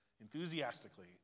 enthusiastically